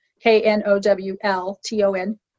K-N-O-W-L-T-O-N